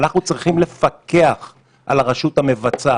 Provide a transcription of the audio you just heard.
אנחנו צריכים לפקח על הרשות המבצעת,